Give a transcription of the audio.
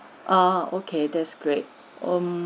ah okay that's great mm